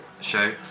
show